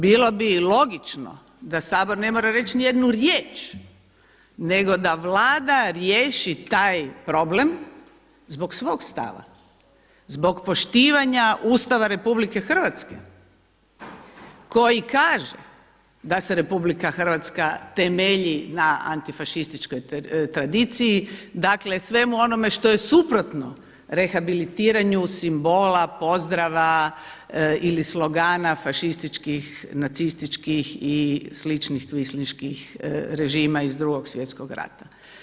Bilo bi logično da Sabor ne mora reći ni jednu riječ, nego da Vlada riješi taj problem zbog svog stava, zbog poštivanja Ustava RH koji kaže da se RH temelji na antifašističkoj tradiciji, dakle svemu onome što je suprotno rehabilitiranju simbola pozdrava ili slogana fašističkih, nacističkih ili sličnih kvislinških režima iz Drugog svjetskog rata.